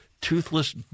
Toothless